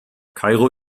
kairo